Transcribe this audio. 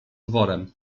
worem